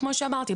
כמו שאמרתי,